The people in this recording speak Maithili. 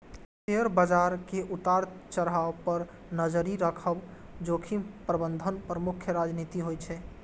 शेयर बाजार के उतार चढ़ाव पर नजरि राखब जोखिम प्रबंधनक प्रमुख रणनीति होइ छै